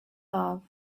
love